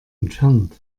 entfernt